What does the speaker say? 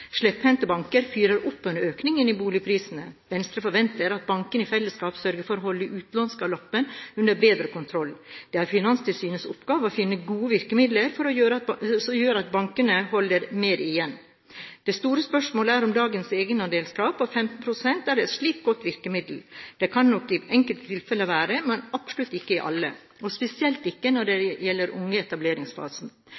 fyrer opp under økningen i boligprisene. Venstre forventer at bankene i fellesskap sørger for å holde utlånsgaloppen under bedre kontroll. Det er Finanstilsynets oppgave å finne gode virkemidler som gjør at bankene holder mer igjen. Det store spørsmålet er om dagens egenandelskrav på 15 pst. er et slikt godt virkemiddel. Det kan det nok i enkelte tilfeller være, men absolutt ikke i alle – og spesielt ikke når det